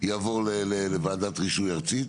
יעבור לוועדת רישוי ארצית.